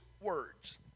words